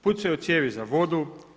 Pucaju cijevi za vodu.